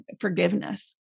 forgiveness